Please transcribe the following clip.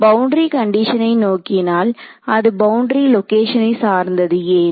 boundary கண்டிஷனை நோக்கினால் அது பவுண்டரி லொகேஷனை சார்ந்தது ஏன்